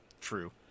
True